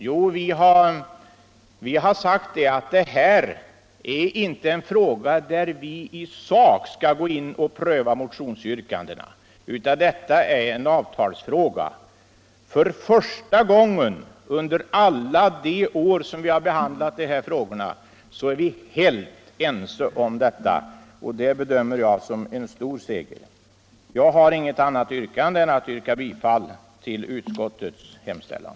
Jo, vi har sagt att det här inte är ett ärende där vi i sak skall gå in och pröva motionsyrkandena, utan det är en avtalsfråga. För första gången under alla de år då vi har behandlat de här frågorna är vi helt ense om detta, och det bedömer jag som en stor seger. Jag har inget annat yrkande än om bifall till utskottets hemställan.